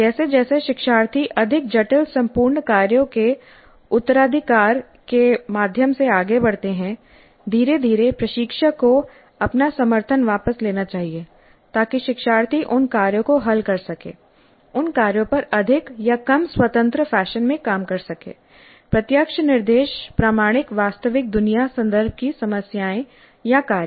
जैसे जैसे शिक्षार्थी अधिक जटिल संपूर्ण कार्यों के उत्तराधिकार के माध्यम से आगे बढ़ते हैं धीरे धीरे प्रशिक्षक को अपना समर्थन वापस लेना चाहिए ताकि शिक्षार्थी उन कार्यों को हल कर सके उन कार्यों पर अधिक या कम स्वतंत्र फैशन में काम कर सके प्रत्यक्ष निर्देश प्रामाणिक वास्तविक दुनिया संदर्भ की समस्याएं या कार्य